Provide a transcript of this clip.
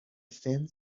thin